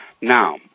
Now